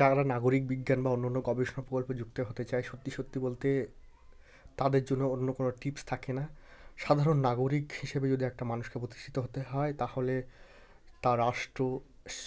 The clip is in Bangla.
যারা নাগরিক বিজ্ঞান বা অন্য অন্য গবেষণা প্রকল্পে সঙ্গে যুক্ত হতে চায় সত্যি সত্যি বলতে তাদের জন্য অন্য কোন টিপ্স থাকে না সাধারণ নাগরিক হিসেবে যদি একটা মানুষকে প্রতিষ্ঠিত হতে হয় তাহলে তা রাষ্ট্র